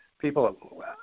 people